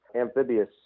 amphibious